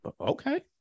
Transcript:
okay